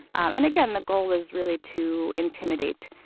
and, again, the goal was really to intimidate,